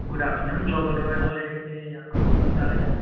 good afternoon global royal holiday سے آپ کا بہت بہت سواگت ہے